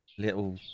Little